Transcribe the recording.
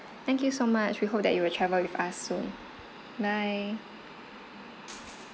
thank you so much we hope that you will travel with us soon bye